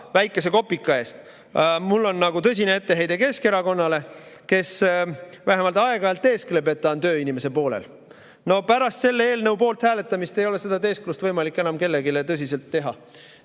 väikese kopika eest. Mul on tõsine etteheide Keskerakonnale, kes vähemalt aeg-ajalt teeskleb, et ta on tööinimese poolel. Pärast selle eelnõu poolt hääletamist ei ole seda teesklust võimalik enam kellelegi tõsiselt teha.